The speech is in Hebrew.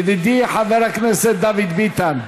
ידידי חבר הכנסת דוד ביטן.